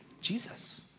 Jesus